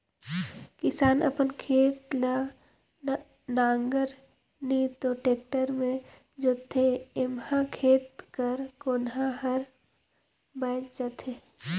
किसान अपन खेत ल नांगर नी तो टेक्टर मे जोतथे एम्हा खेत कर कोनहा हर बाएच जाथे